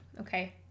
Okay